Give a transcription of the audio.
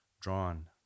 drawn